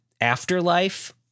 Afterlife